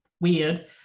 weird